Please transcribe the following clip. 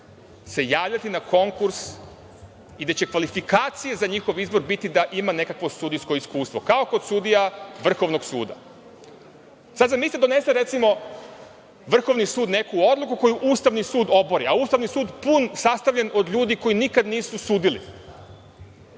javljati na konkurs i gde će kvalifikacije za njihov izbor biti da ima neko sudijskoj iskustvo. Kao kod sudija Vrhovnog suda. Sada zamisliste, donese recimo Vrhovni sud neku odluku koju Ustavni sud obori, a Ustavni sud pun sastavljen od ljudi koji nikad nisu sudili.